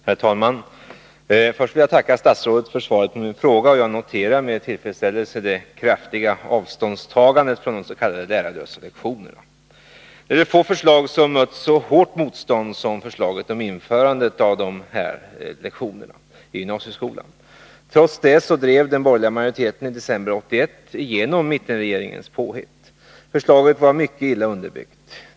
Herr talman! Först vill jag tacka statsrådet för svaret på min fråga. Jag noterar med tillfredsställelse det kraftiga avståndstagandet från de s.k. lärarlösa lektionerna. Det är väl få förslag som mött så hårt motstånd som förslaget om införande av de s.k. lärarlösa lektionerna i gymnasieskolan. Trots det drev den borgerliga majoriteten i december 1981 igenom mittenregeringens påhitt. Förslaget var mycket illa underbyggt.